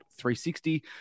360